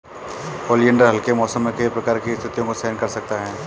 oleander हल्के मौसम में कई प्रकार की स्थितियों को सहन कर सकता है